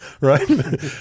right